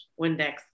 Windex